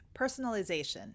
personalization